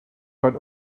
but